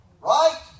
Right